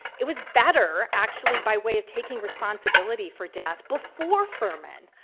it was better actually by way of taking responsibility for death before furman.